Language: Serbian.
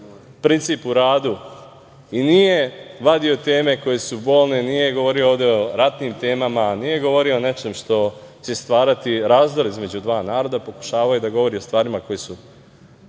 princip u radu i nije vadio teme koje su bolne, nije govorio ovde o ratnim temama, nije govorio o nečem što će stvarati razdor između dva naroda, pokušavao je da govori o stvarima koje su